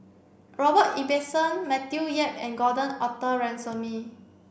Robert Ibbetson Matthew Yap and Gordon Arthur Ransome